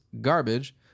garbage